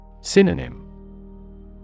Synonym